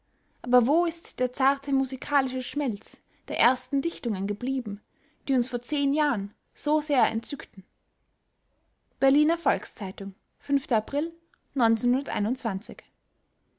aber wo ist der zarte musikalische schmelz der ersten dichtungen geblieben die uns vor zehn jahren so sehr entzückten berliner volks-zeitung april